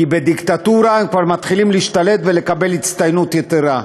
כי בדיקטטורה הם כבר מתחילים להשתלט ולקבל הצטיינות יתרה.